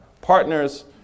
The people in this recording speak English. partners